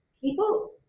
People